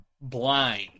blind